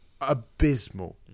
abysmal